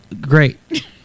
Great